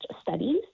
studies